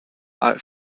are